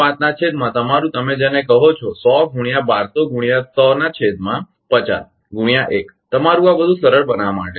5 ના છેદમાં તમારુ તમે જેને કહો છો 100 ગુણ્યા 1200 ગુણ્યા 100 છેદમાં 50 ગુણ્યા 1 તમારુ આ બધું સરળ બનાવવા માટે છે